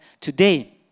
today